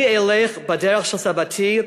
אני אלך בדרך של סבתי,